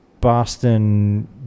Boston